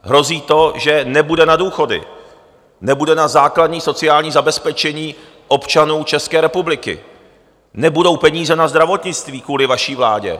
Hrozí to, že nebude na důchody, nebude na základní sociální zabezpečení občanů České republiky, nebudou peníze na zdravotnictví kvůli vaší vládě.